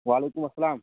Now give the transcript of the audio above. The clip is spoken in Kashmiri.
وعلیکُم اسلام